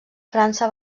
frança